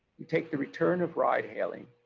you take the return of ride hailing,